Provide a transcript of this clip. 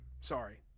sorry